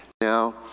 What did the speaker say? Now